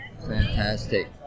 Fantastic